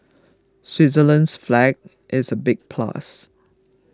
Switzerland's flag is a big plus